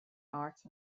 arts